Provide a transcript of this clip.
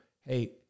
hey